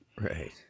Right